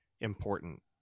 important